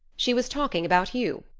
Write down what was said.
she was talking about you.